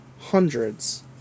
hundreds